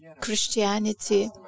Christianity